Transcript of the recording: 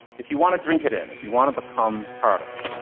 if you want to drink it in, if you want to become part of it,